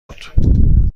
بود